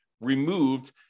removed